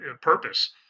purpose